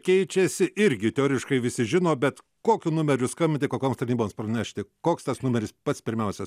keičiasi irgi teoriškai visi žino bet kokiu numeriu skambinti kokioms tarnyboms pranešti koks tas numeris pats pirmiausias